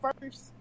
first